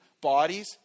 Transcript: bodies